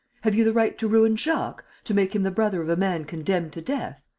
have you the right to ruin jacques, to make him the brother of a man condemned to death?